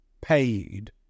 paid